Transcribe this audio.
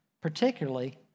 Particularly